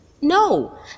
No